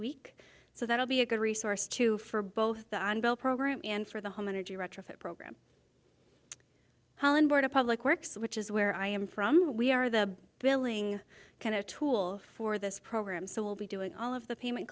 week so that will be a good resource too for both the program and for the home energy retrofit program of public works which is where i am from we are the billing kind of tool for this program so we'll be doing all of the payment